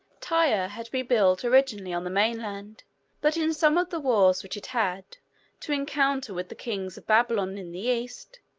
tyre had been built originally on the mainland but in some of the wars which it had to encounter with the kings of babylon in the east,